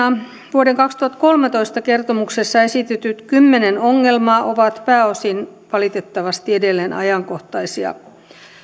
vuoden kaksituhattakolmetoista kertomuksessa esitetyt kymmenen ongelmaa ovat pääosin valitettavasti edelleen ajankohtaisia